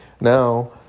Now